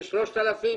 ב-3,000,